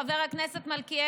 חבר הכנסת מלכיאלי.